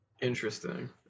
Interesting